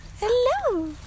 Hello